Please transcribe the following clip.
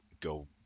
go